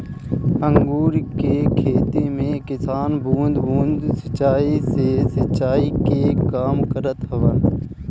अंगूर के खेती में किसान बूंद बूंद सिंचाई से सिंचाई के काम करत हवन